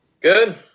Good